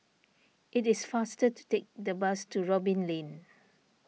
it is faster to take the bus to Robin Lane